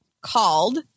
called